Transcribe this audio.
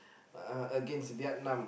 uh against Vietnam